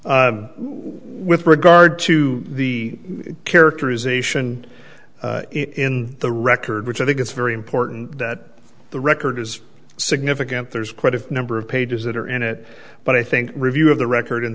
honors with regard to the characterization in the record which i think it's very important that the record is significant there's quite a number of pages that are in it but i think review of the record in